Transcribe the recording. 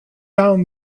down